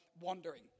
wandering